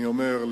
אני אומר,